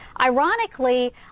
Ironically